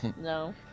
No